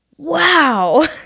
wow